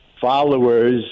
followers